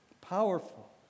Powerful